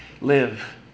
live